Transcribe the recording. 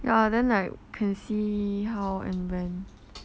yeah then like can see how and when